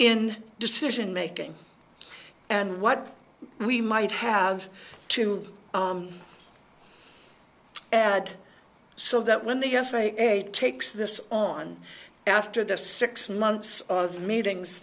in decision making and what we might have to add so that when the f a a takes this on after the six months of meetings